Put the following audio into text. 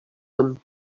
him